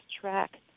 track